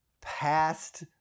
past